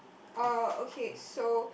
oh okay so